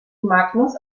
magnus